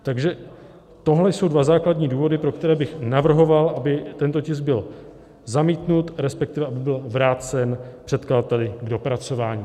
Takže tohle jsou dva základní důvody, pro které bych navrhoval, aby tento tisk byl zamítnut, respektive aby byl vrácen předkladateli k dopracování.